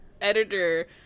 editor